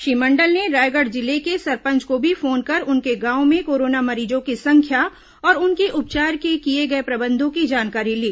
श्री मंडल ने रायगढ़ जिले के सरपंच को भी फोन कर उनके गांव में कोरोना मरीजों की संख्या और उनके उपचार के किये गए प्रबंधों की जानकारी ली